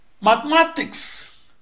Mathematics